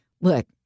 Look